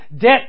debt